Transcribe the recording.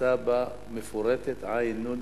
נעשתה בה מפורטת ענ/361.